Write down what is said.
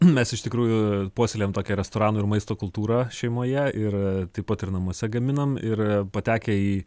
mes iš tikrųjų puoselėjam tokią restorano ir maisto kultūrą šeimoje ir taip pat ir namuose gaminam ir patekę į